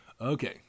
Okay